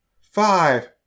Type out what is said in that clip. five